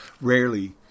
Rarely